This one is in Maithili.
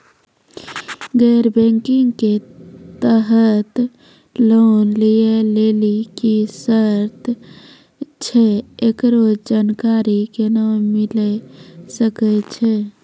गैर बैंकिंग के तहत लोन लए लेली की सर्त छै, एकरो जानकारी केना मिले सकय छै?